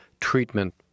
treatment